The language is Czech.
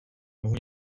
mohu